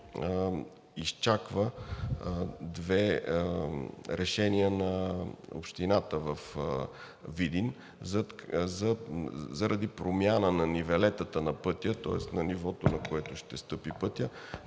изчаква две решения на Общината във Видин, заради промяна на нивелетата на пътя, тоест на нивото, на което ще стъпи пътят,